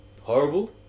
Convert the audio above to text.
horrible